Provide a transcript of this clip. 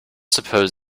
suppose